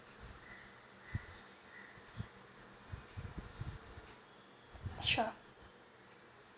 sure